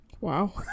wow